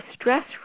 stress